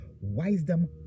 Wisdom